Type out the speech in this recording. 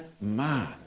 man